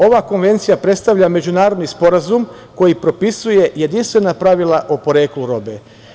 Ova konvencija predstavlja međunarodni sporazum koji propisuje jedinstvena pravila o poreklu robe.